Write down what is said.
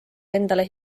endale